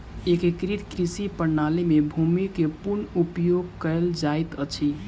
एकीकृत कृषि प्रणाली में भूमि के पूर्ण उपयोग कयल जाइत अछि